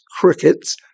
Cricket's